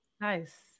Nice